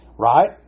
Right